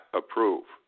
approve